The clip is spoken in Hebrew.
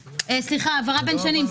זה לא העברה בין סעיפים.